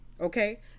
Okay